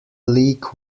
league